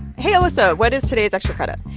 hey, elissa. what is today's extra credit?